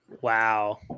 Wow